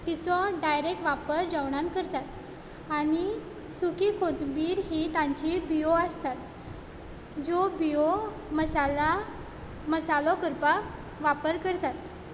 तिचो डायरेक्ट वापर जेवणांत करतात आनी सुकी कोथंबीर ही तांची बियो आसतात ज्यो बियो मसाला मसालो करपाक वापर करतात